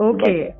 Okay